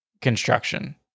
construction